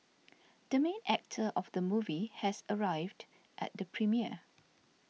the main actor of the movie has arrived at the premiere